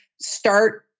start